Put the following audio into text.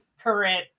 current